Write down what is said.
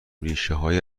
ریشههای